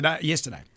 Yesterday